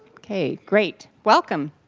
okay, great! welcome.